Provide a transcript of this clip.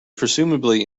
presumably